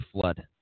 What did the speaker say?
Flood